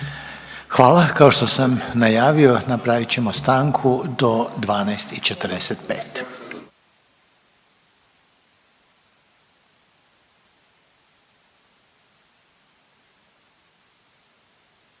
Hvala. Kao što sam najavio napravit ćemo stanku do 12,45.